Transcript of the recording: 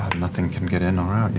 nothing can get in or out, yeah,